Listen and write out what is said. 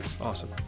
Awesome